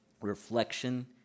reflection